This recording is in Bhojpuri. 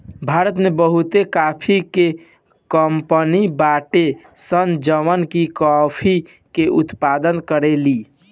भारत में बहुते काफी के कंपनी बाड़ी सन जवन की काफी के उत्पादन करेली